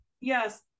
yes